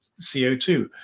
CO2